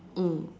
mm